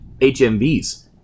HMVs